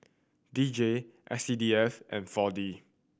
D J S C D F and Four D